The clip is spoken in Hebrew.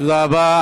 תודה רבה.